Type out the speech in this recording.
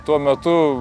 tuo metu